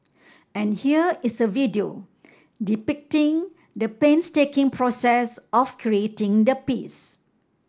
and here is a video depicting the painstaking process of creating the piece